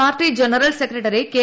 party general secretary K